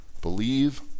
Believe